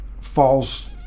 falls